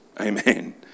Amen